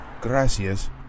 gracias